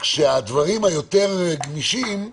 כאשר הדברים היותר גמישים יהיו,